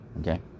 okay